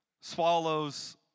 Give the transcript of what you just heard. swallows